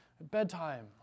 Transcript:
bedtime